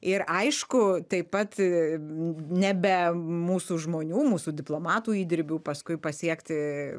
ir aišku taip pat ne be mūsų žmonių mūsų diplomatų įdirbių paskui pasiekti